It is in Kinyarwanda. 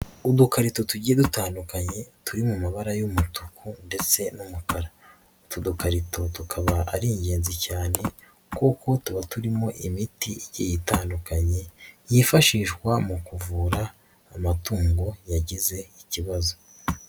Udukarito tugiye dutandukanye turi mu mabara y'umutuku ndetse n'umukara. Utu dukarito tukaba ari ingenzi cyane kuko tuba turimo imiti igiye itandukanye, yifashishwa mu kuvura amatungo yagize ikibazo.